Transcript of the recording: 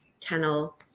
kennel